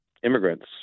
immigrants